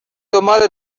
دنبال